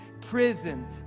prison